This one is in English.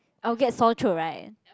I'll get sore throat right